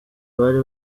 bari